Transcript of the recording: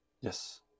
Yes